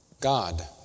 God